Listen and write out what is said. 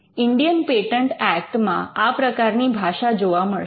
Indian patent act માં આ પ્રકારની ભાષા જોવા મળશે